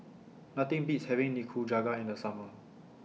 Nothing Beats having Nikujaga in The Summer